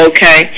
Okay